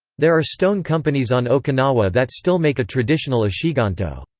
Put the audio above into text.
there are stone companies on okinawa that still make a traditional ishiganto.